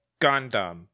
Gundam